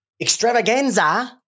extravaganza